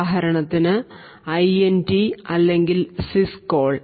ഉദാഹരണത്തിന് INT അല്ലെങ്കിൽ sys call